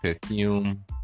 perfume